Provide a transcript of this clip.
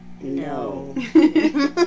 no